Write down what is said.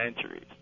centuries